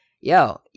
Yo